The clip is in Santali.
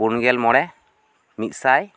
ᱯᱩᱱ ᱜᱮᱞ ᱢᱚᱬᱮ ᱢᱤᱫ ᱥᱟᱭ